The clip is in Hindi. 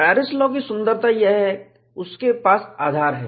पेरिस लॉ की सुंदरता यह है उसके पास आधार है